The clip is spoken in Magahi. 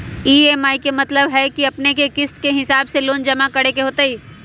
ई.एम.आई के मतलब है कि अपने के किस्त के हिसाब से लोन जमा करे के होतेई?